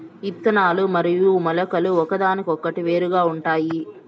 ఇత్తనాలు మరియు మొలకలు ఒకదానికొకటి వేరుగా ఉంటాయి